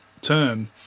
term